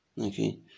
Okay